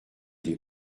des